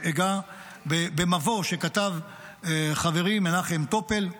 אגע במבוא שכתב חברי מנחם טופל,